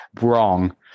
wrong